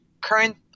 Current